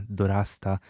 dorasta